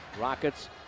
Rockets